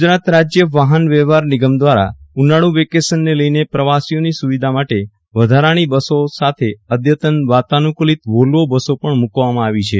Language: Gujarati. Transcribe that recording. ગુજરાત રાજય વાહન વ્યવહાર નિગમ દવારા ઉનાળુ વેકેશનને લઈને પ્રવાસીઓની સુવિધા માટે વધારાની બસો સાથે અધતન વાતાનુકુલીન વોલ્વો બસો પણ મુકવામાં આવી છે